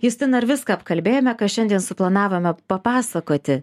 justina ar viską apkalbėjome ką šiandien suplanavome papasakoti